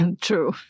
True